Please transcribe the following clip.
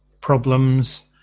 problems